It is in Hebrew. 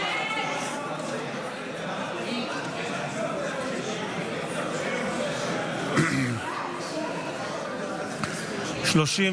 ההסתייגויות לסעיף 18 בדבר הפחתת תקציב לא נתקבלו.